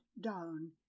down